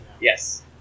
Yes